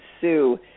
sue